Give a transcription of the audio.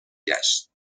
گشت